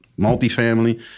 multifamily